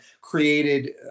created